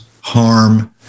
harm